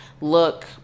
look